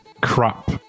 crap